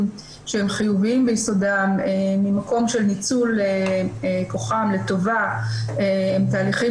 שהם חיוביים ביסודם ממקום של ניצול כוחם לטובה הם תהליכים